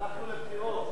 הלכנו לבחירות,